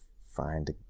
find